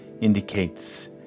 indicates